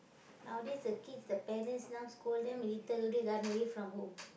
nowadays the kids the parents now scold them a little already run away from home